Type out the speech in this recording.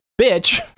bitch